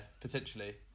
Potentially